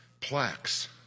plaques